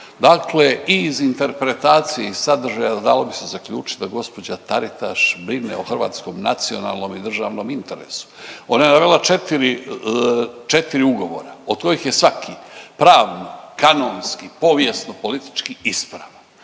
Dakle i iz interpretacije i sadržaja dalo bi se zaključiti da gospođa Taritaš brine o hrvatskom nacionalnom i državnom interesu. Ona je navela četiri, četiri ugovora od kojih je svaki pravno, kanonski, povijesno, politički ispravan.